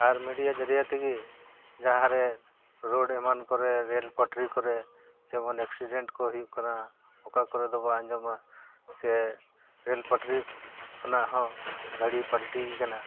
ᱟᱨ media ᱡᱟᱹᱨᱤᱭᱟ ᱛᱮᱜᱮ ᱡᱟᱦᱟᱸ ᱨᱮ ᱨᱳᱰ ᱮᱢᱟᱱ ᱠᱚᱨᱮ ᱨᱮᱹᱞ ᱯᱟᱴᱨᱤ ᱠᱚᱨᱮ ᱡᱮᱢᱚᱱ ᱮᱠᱥᱤᱰᱮᱱᱴ ᱠᱚ ᱦᱩᱭᱩᱜ ᱠᱟᱱᱟ ᱚᱠᱟ ᱠᱚᱨᱮ ᱫᱚᱵᱚ ᱟᱸᱡᱚᱢᱟ ᱥᱮ ᱨᱮᱹᱞ ᱯᱟᱴᱨᱤ ᱠᱷᱚᱱᱟᱜ ᱦᱚᱸ ᱜᱟᱹᱰᱤ ᱯᱟᱞᱴᱤᱭ ᱠᱟᱱᱟ